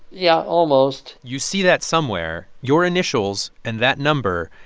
yeah. almost you see that somewhere, your initials and that number,